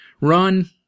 Run